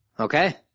Okay